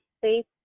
safe